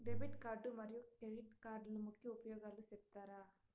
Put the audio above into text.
Debit card మరియు credit కార్డుల ముఖ్య ఉపయోగాలు సెప్తారా?